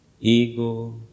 Ego